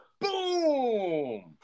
Boom